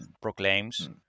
proclaims